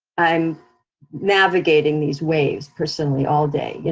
i'm navigating these waves personally all day. yeah